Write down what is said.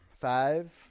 Five